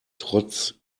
trotz